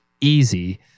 easy